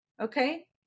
okay